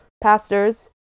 pastors